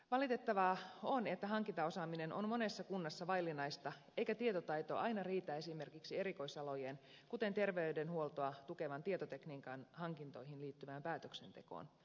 valitettavaa on että hankintaosaaminen on monessa kunnassa vaillinaista eikä tietotaito aina riitä esimerkiksi erikoisalojen kuten terveydenhuoltoa tukevan tietotekniikan hankintoihin liittyvään päätöksentekoon